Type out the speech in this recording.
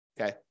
Okay